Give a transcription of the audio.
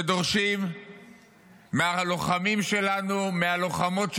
שדורשים מהלוחמים שלנו, מהלוחמות שלנו,